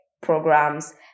programs